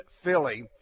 Philly